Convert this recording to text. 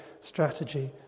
strategy